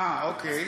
אה, אוקיי.